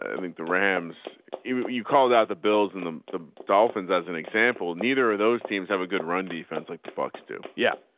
i think the rams you called out the bills and the the dolphins, as an example, neither of those teams have a good run defense like the bucks do. yeah.